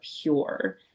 pure